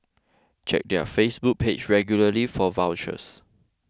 check their Facebook page regularly for vouchers